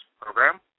program